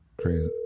Crazy